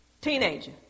Teenager